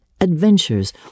Adventures